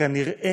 כנראה